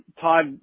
Todd